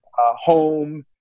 home